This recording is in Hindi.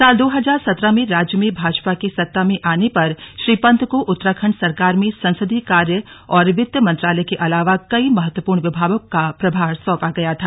साल दो हजार सत्रह में राज्य में भाजपा के सत्ता में आने पर श्री पंत को उत्तराखंड सरकार में संसदीय कार्य और वित्त मंत्रालय के अलावा कई महत्वपूर्ण विभागों का प्रभार सौंपा गया था